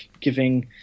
giving